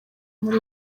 muri